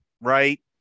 right